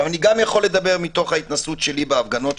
אני גם יכול לדבר מתוך ההתנסות שלי בהפגנות,